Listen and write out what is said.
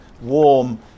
warm